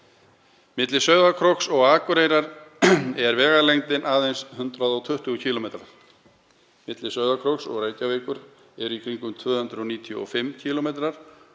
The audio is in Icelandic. Milli Sauðárkróks og Akureyrar er vegalengdin aðeins um 120 km. Milli Sauðárkróks og Reykjavíkur eru í kringum 295 km.